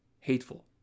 hateful